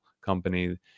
company